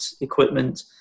equipment